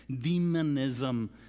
demonism